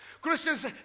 Christians